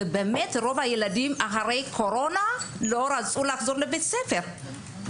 רוב הילדים אחרי הקורונה לא רצו לחזור לבית הספר.